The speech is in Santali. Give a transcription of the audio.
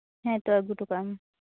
ᱦᱮᱸᱛᱚ ᱟᱹᱜᱩ ᱦᱚᱴᱚ ᱠᱟᱜ ᱢᱮ